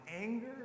anger